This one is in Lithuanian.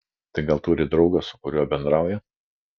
tai gal turi draugą su kuriuo bendrauja